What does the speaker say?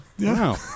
Wow